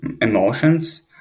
emotions